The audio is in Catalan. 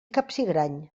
capsigrany